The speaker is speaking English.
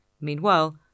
Meanwhile